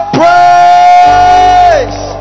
praise